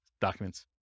documents